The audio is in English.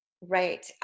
Right